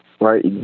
right